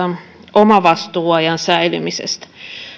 omavastuuajan säilymisestä